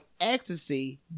ecstasy